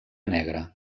negra